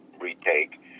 retake